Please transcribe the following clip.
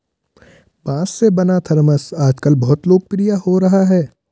बाँस से बना थरमस आजकल बहुत लोकप्रिय हो रहा है